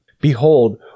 Behold